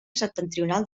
septentrional